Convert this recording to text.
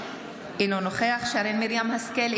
אינו נוכח שרן מרים השכל,